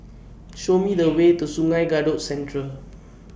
Show Me The Way to Sungei Kadut Central